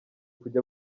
kujya